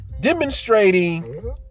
demonstrating